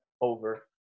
over